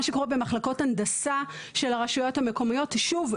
מה שקורה במחלקות הנדסה של רשויות המקומיות שוב,